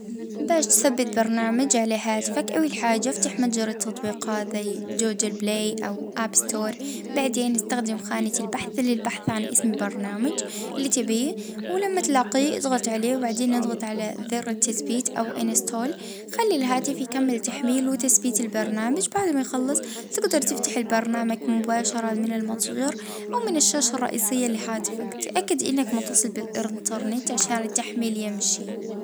اه أول حاجة أدخل على متجر التطبيقات جوجل بلاي أو آب ستور، اه أكتب أسم التطبيق في خانة البحث، أضغط علي تثبيت أو تحميل، اه بعدين يتم التثبيت أفتح التطبيق طبعا.